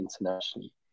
internationally